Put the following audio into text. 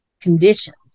conditions